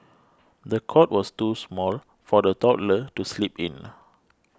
the cot was too small for the toddler to sleep in